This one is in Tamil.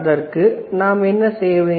அதற்கு நாம் என்ன செய்ய வேண்டும்